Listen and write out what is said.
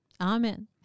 Amen